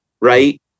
right